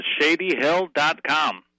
ShadyHill.com